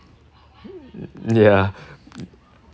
ya